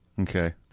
Okay